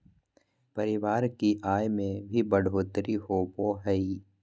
परिवार की आय में भी बढ़ोतरी होबो हइ